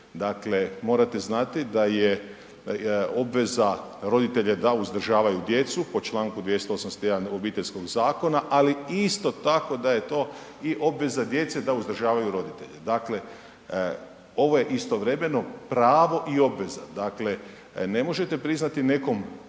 Dakle, morate znati da je obveza roditelja da uzdržavaju djecu po čl. 281. Obiteljskog zakona, ali isto tako da je to i obveza djece da uzdržavaju roditelje. Dakle, ovo je istovremeno pravo i obveza. Dakle, ne možete priznati nekom